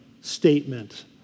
statement